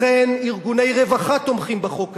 לכן ארגוני רווחה תומכים בחוק הזה.